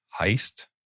Heist